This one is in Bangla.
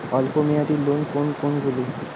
অল্প মেয়াদি লোন কোন কোনগুলি?